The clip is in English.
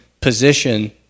position